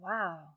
Wow